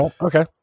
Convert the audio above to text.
Okay